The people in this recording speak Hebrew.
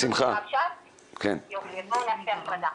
בואו נעשה הפרדה.